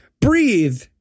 Breathe